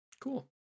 Cool